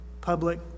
public